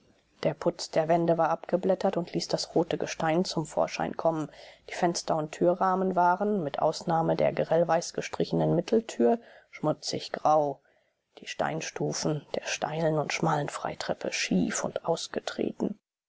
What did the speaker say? der putz der wände war abgeblättert und ließ das rote gestein zum vorschein kommen die fenster und türrahmen waren mit ausnahme der grellweiß gestrichenen mitteltür schmutziggrau die steinstufen der steilen und schmalen freitreppe schief und ausgetreten